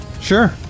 Sure